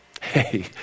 Hey